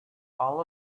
all